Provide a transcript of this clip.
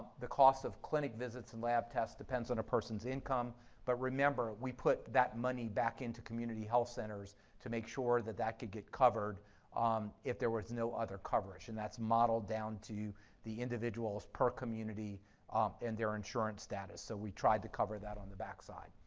the cost of clinic visits and lab tests depoandz a person's income but remember we put that money back into community health centers to make sure that that could get covered if there was no other coverage and that's modeled down to the individuals per community is and their insurance status, so we try to cover that on the back side.